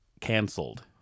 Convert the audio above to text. canceled